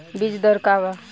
बीज दर का वा?